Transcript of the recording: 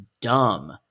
dumb